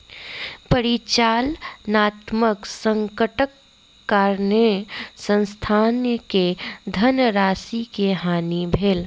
परिचालनात्मक संकटक कारणेँ संस्थान के धनराशि के हानि भेल